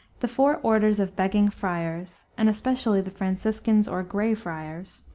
the four orders of begging friars, and especially the franciscans or gray friars,